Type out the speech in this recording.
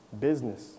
business